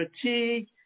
fatigue